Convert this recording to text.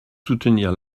soutenir